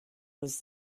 was